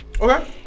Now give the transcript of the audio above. okay